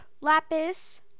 lapis